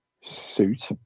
suit